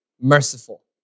merciful